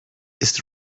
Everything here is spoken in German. ist